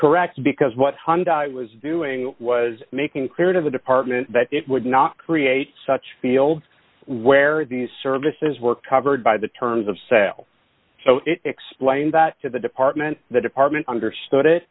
correct because what hyundai i was doing was making clear to the department that it would not create such fields where these services were covered by the terms of sale explained that to the department the department understood it